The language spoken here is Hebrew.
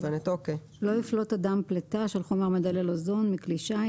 לא יפלוט אדם פליטה של חומר מדלל אוזון מכלי שיט,